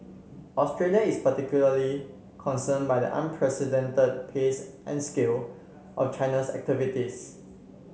Australia is particularly concern by the unprecedented pace and scale of China's activities